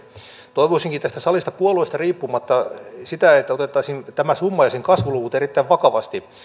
toivoisinkin tästä salista puolueesta riippumatta sitä että otettaisiin tämä summa ja sen kasvuluvut erittäin vakavasti